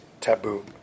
taboo